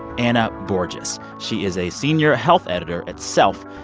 anna borgias. she is a senior health editor at self,